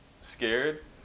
scared